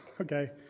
okay